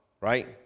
right